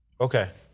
Okay